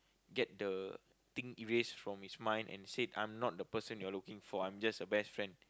get the thing erase from his mind and said I am not the person you're looking for I am just a best friend